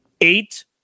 eight